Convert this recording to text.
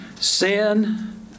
Sin